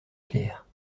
pierre